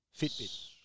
Fitbit